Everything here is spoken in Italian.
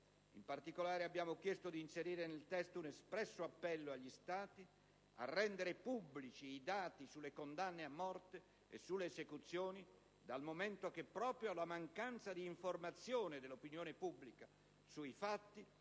In particolare, abbiamo chiesto di inserire nel testo un espresso appello agli Stati a rendere pubblici i dati sulle condanne a morte e sulle esecuzioni, dal momento che proprio la mancanza di informazione dell'opinione pubblica sui "fatti"